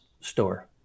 store